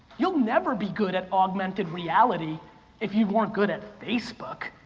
you'll never be good at augmented reality if you weren't good at facebook.